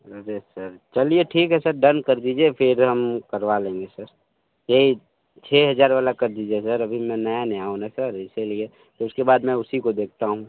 अरे सर चलिए ठीक है सर डन कर दीजिए फिर हम करवा लेंगे सर यही छह हजार वाला कर दीजिए सर अभी मैं नया नया हूँ न सर इसीलिए उसके बाद मैं उसी को देखता हूँ